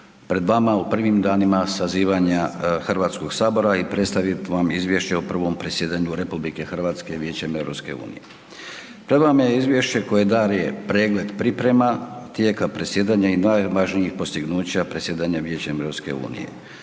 pred vama u prvim danima sazivanja Hrvatskoga sabora i predstaviti vam Izvješće o prvom predsjedanju RH Vijećem EU. .../Govornik se ne razumije./... je izvješće koje daje pregled priprema tijeka predsjedanja i najvažnijih postignuća predsjedanjem Vijećem EU.